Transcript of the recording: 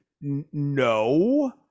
no